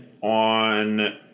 on –